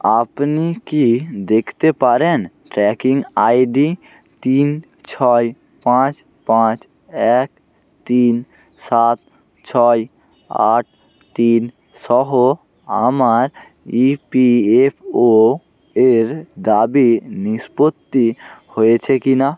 আপনি কি দেখতে পারেন ট্র্যাকিং আইডি তিন ছয় পাঁচ পাঁচ এক তিন সাত ছয় আট তিন সহ আমার ইপিএফও এর দাবি নিষ্পত্তি হয়েছে কিনা